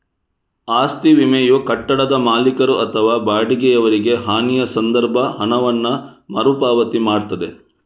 ಆಸ್ತಿ ವಿಮೆಯು ಕಟ್ಟಡದ ಮಾಲೀಕರು ಅಥವಾ ಬಾಡಿಗೆಯವರಿಗೆ ಹಾನಿಯ ಸಂದರ್ಭ ಹಣವನ್ನ ಮರು ಪಾವತಿ ಮಾಡ್ತದೆ